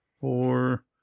four